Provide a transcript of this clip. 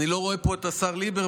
אני לא רואה פה את השר ליברמן,